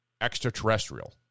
extraterrestrial